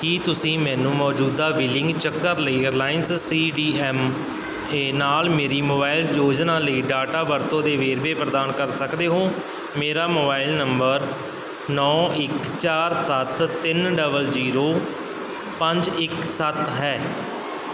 ਕੀ ਤੁਸੀਂ ਮੈਨੂੰ ਮੌਜੂਦਾ ਬਿਲਿੰਗ ਚੱਕਰ ਲਈ Reliance C D M A ਨਾਲ ਮੇਰੀ ਮੋਬਾਈਲ ਯੋਜਨਾ ਲਈ ਡਾਟਾ ਵਰਤੋਂ ਦੇ ਵੇਰਵੇ ਪ੍ਰਦਾਨ ਕਰ ਸਕਦੇ ਹੋ ਮੇਰਾ ਮੋਬਾਈਲ ਨੰਬਰ ਨੌਂ ਇੱਕ ਚਾਰ ਸੱਤ ਤਿੰਨ ਡਬਲ ਜ਼ੀਰੋ ਪੰਜ ਇੱਕ ਸੱਤ ਹੈ